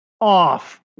off